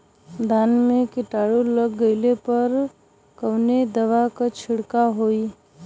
धान में कीटाणु लग गईले पर कवने दवा क छिड़काव होई?